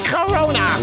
Corona